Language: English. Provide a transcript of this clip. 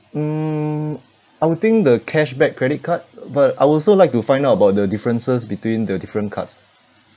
mm I would think the cashback credit card but I would also like to find out about the differences between the different cards